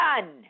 Done